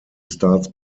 starts